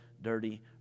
dirty